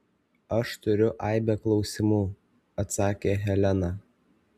aš turiu aibę klausimų atsakė helena